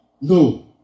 No